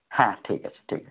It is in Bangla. হ্যাঁ ঠিক আছে ঠিক আছে